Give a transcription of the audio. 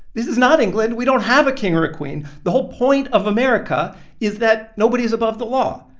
this is not england. we don't have a king or a queen. the whole point of america is that nobody is above the law.